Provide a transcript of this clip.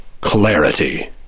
clarity